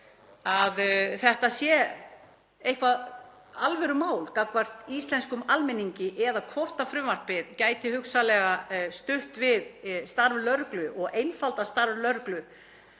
að þetta sé eitthvert alvörumál gagnvart íslenskum almenningi eða gæti frumvarpið hugsanlega stutt við starf lögreglu og einfaldað starf lögreglu